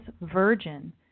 Virgin